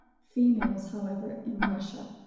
females, however, in russia,